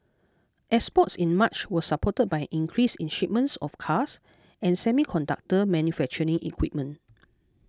exports in March was supported by increase in shipments of cars and semiconductor manufacturing equipment